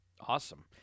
Awesome